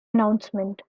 announcement